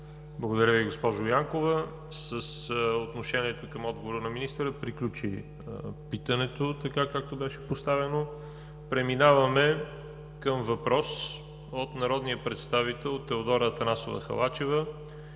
Благодаря Ви, госпожо Янкова. С отношението към отговора на министъра приключи питането, така както беше поставено. Преминаваме към въпрос от народния представител Теодора Атанасова Халачева